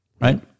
Right